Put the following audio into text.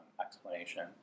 explanation